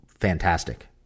Fantastic